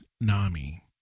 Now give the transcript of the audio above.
Nami